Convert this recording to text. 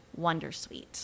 Wondersuite